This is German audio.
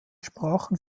sprachen